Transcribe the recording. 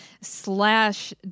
slash